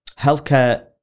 healthcare